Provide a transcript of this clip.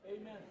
Amen